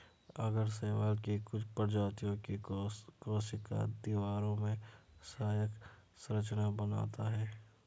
आगर शैवाल की कुछ प्रजातियों की कोशिका दीवारों में सहायक संरचना बनाता है